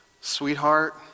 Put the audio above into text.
sweetheart